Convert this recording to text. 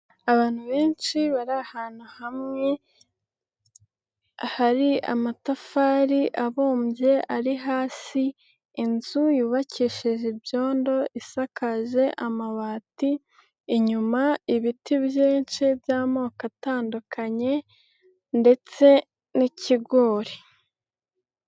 Abantu benshi bari ahantu hamwe, hari amatafari abumbye ari hasi, inzu yubakisheje ibyondo isakaje amabati, inyuma ibiti byinshi by'amoko atandukanye ndetse n'ikigori.